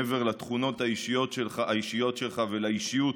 מעבר לתכונות האישיות שלך ולאישיות,